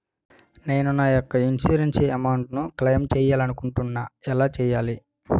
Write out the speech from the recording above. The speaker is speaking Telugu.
నేను నా యెక్క ఇన్సురెన్స్ అమౌంట్ ను క్లైమ్ చేయాలనుకుంటున్నా ఎలా చేయాలి?